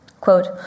Quote